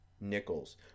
nickels